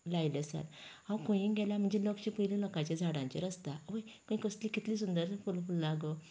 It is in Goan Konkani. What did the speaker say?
लायलीं आसात हांव खंय गेल्यार म्हजे लक्ष पयलीं लोकांच्या झाडांचेर आसता आवय कसली कितली सुंदर फुलां फुल्लां गो